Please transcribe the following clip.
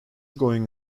going